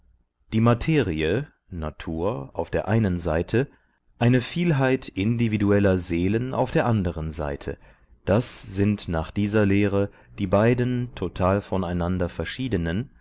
die materie natur auf der einen seite eine vielheit individueller seelen auf der anderen seite das sind nach dieser lehre die beiden total voneinander verschiedenen